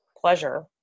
pleasure